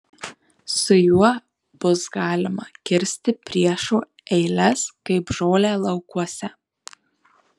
su juo bus galima kirsti priešo eiles kaip žolę laukuose